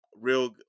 real